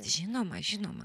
žinoma žinoma